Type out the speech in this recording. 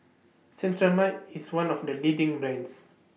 Cetrimide IS one of The leading brands